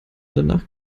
danach